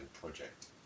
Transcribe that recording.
project